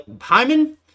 Hyman